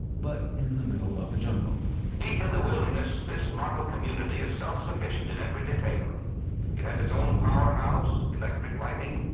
but in the middle of the jungle deep in the wilderness, this model community is self-sufficient in every detail. it has its own powerhouse, electric lighting,